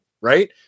right